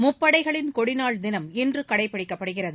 முப்படைகளின் கொடிநாள் தினம் இன்று கடைபிடிக்கப்படுகிறது